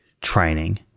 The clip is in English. training